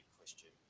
question